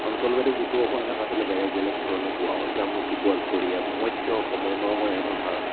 অঞ্চলভেদে যিটো অসমীয়া ভাষা চলে বেলেগ বেলেগ ধৰণে কোৱা হয় কামৰূপী গোৱালপৰীয়া মধ্য অসমৰ নগঞা ভাষাৰ